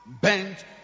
Bent